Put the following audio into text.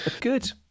good